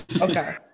Okay